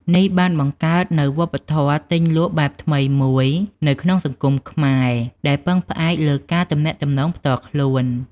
នេះបានបង្កើតនូវវប្បធម៌ទិញលក់បែបថ្មីមួយនៅក្នុងសង្គមខ្មែរដែលពឹងផ្អែកលើការទំនាក់ទំនងផ្ទាល់ខ្លួន។